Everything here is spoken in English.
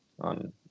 on